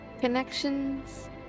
connections